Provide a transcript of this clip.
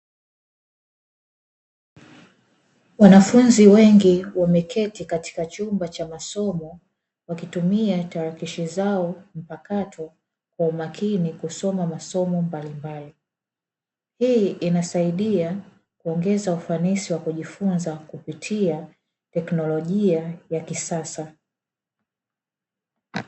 Wanafunzi wengi, wameketi katika chumba cha masomo wakitumia tarakilishi zao mpakato kwa umakini kusoma masomo mbalimbali. Hii inasaidia kuongeza ufanisi wa kujifunza kupitia teknolojia ya kisasa.